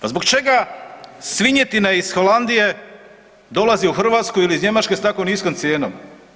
Pa zbog čega svinjetina iz Holandije dolazi u Hrvatsku ili iz Njemačke s tako niskom cijenom?